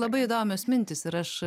labai įdomios mintys ir aš